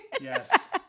Yes